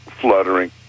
fluttering